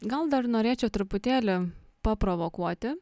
gal dar norėčiau truputėlį paprovokuoti